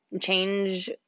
change